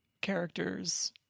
characters